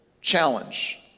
challenge